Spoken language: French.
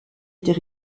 était